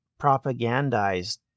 propagandized